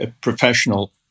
professional